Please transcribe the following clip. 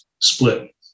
split